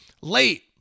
late